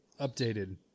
Updated